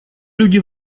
люди